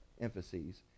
emphases